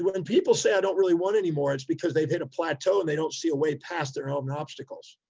when people say, i don't really want anymore, it's because they've hit a plateau and they don't see a way past their own obstacles.